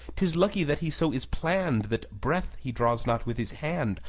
tis lucky that he so is planned that breath he draws not with his hand,